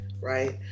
right